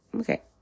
okay